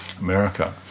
America